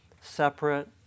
separate